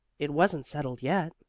it wasn't settled yet.